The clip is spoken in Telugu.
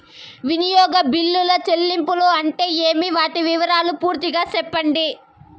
వినియోగ బిల్లుల చెల్లింపులు అంటే ఏమి? వాటి వివరాలు పూర్తిగా సెప్పండి?